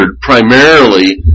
primarily